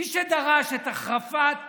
מי שדרש את החרפת